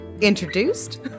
introduced